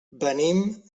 venim